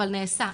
אבל נעשה,